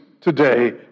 today